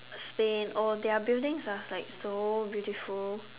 Spain oh their buildings are like so beautiful